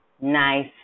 nice